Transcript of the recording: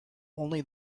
only